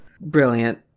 brilliant